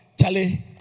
Charlie